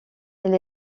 elle